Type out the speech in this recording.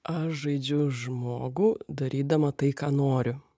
aš žaidžiu žmogų darydama tai ką noriu